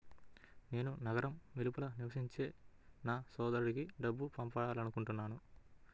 నేను నగరం వెలుపల నివసించే నా సోదరుడికి డబ్బు పంపాలనుకుంటున్నాను